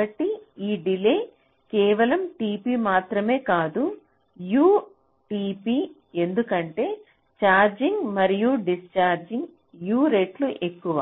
కాబట్టి ఈ డిలే కేవలం tp మాత్రమే కాదు U tp ఎందుకంటే ఛార్జింగ్ మరియు డిశ్చార్జింగ్ U రెట్లు ఎక్కువ